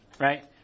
right